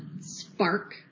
spark